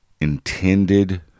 intended